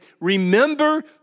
remember